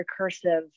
recursive